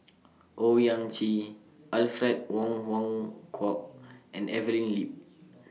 Owyang Chi Alfred Wong Hong Kwok and Evelyn Lip